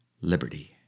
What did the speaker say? liberty